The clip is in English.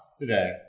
today